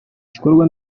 igikorwa